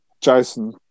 Jason